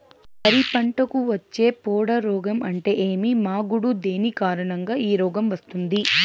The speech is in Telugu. వరి పంటకు వచ్చే పొడ రోగం అంటే ఏమి? మాగుడు దేని కారణంగా ఈ రోగం వస్తుంది?